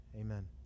Amen